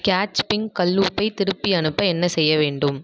catch pink கல் உப்பை திருப்பி அனுப்ப என்ன செய்ய வேண்டும்